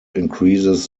increases